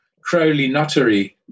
Crowley-nuttery